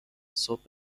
صبح